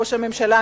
ראש הממשלה,